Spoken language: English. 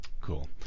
Cool